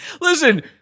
listen